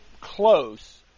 close